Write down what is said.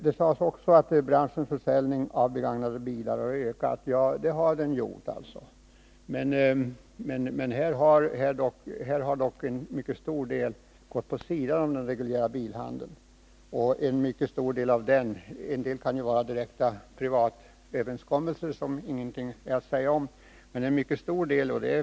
Det sades också att branschens försäljning av begagnade bilar har ökat. Ja, det har den gjort, men en stor del har gått vid sidan om den reguljära bilhandeln. En stor del härav kan ju vara direkta privatöverenskommelser, som det inte är någonting att säga om.